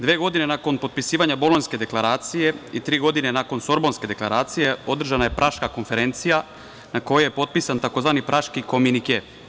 Dve godine nakon potpisivanja Bolonjske deklaracije i tri godine nakon Sorbonske deklaracije održana je Praška konferencija na kojoj je potpisan tzv. Praški kominike.